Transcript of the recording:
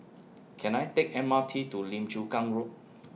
Can I Take M R T to Lim Chu Kang Road